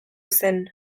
zen